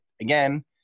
again